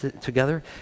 together